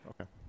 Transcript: okay